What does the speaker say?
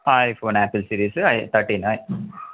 iphone apple series thirteen